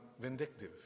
vindictive